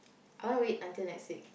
I want to wait until next week